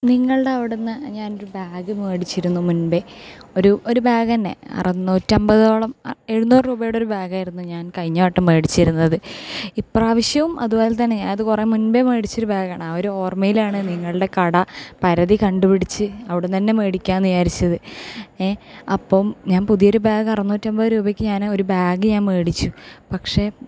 നിങ്ങളുടെ അവിടുന്ന് ഞാനൊരു ബാഗ് മേടിച്ചിരുന്നു മുൻപേ ഒരു ഒരു ബാഗ് തന്നെ അറുനൂറ്റി അമ്പതോളം എഴുന്നൂറ് രൂപയുടെ ബാഗായിരുന്നു ഞാൻ കഴിഞ്ഞ വട്ടം മേടിച്ചിരുന്നത് ഇപ്രാവശ്യം അതുപോലെതന്നെ അത് കുറെ മുൻപെ മേടിച്ചോരു ബാഗാണ് ആ ഓർമയിലാണ് നിങ്ങളുടെ കട പരതി കണ്ടുപിടിച്ച് അവിടുന്ന് തന്നെ മേടിക്കാമെന്ന് വിചാരിച്ചത് ങേ അപ്പം ഞാൻ പുതിയൊരു ബാഗ് അറുന്നൂറ്റിഅമ്പത് രൂപക്ക് ഞാന് ഒര് ബാഗ് ഞാൻ മേടിച്ചു പക്ഷെ